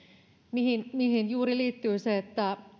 mihin mihin juuri liittyy se